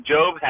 Job